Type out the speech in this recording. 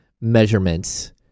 measurements